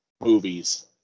movies